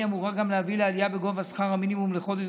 אמורה להביא גם לעלייה בגובה שכר המינימום לחודש,